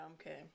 okay